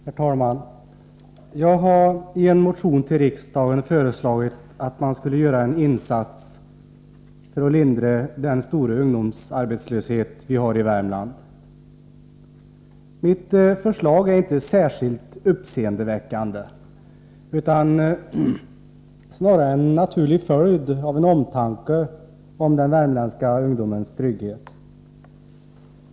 Herr talman! Jag har i en motion till riksdagen föreslagit att man skulle göra en insats för att lindra den stora ungdomsarbetslöshet som vi har i Värmland. Mitt förslag är inte särskilt uppseendeväckande, utan snarare en naturlig följd av en omtanke om den värmländska ungdomens trygghet.